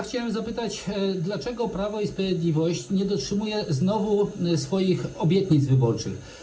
Chciałem zapytać, dlaczego Prawo i Sprawiedliwość znowu nie dotrzymuje swoich obietnic wyborczych.